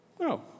No